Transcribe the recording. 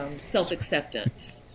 self-acceptance